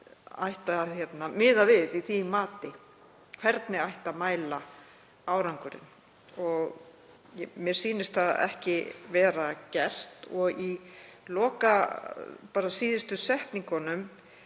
ætti að miða við í því mati, hvernig ætti að mæla árangurinn. Mér sýnist það ekki vera gert og í síðustu setningunum